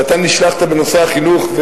ואתה נשלחת בנושא החינוך,